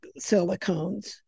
silicones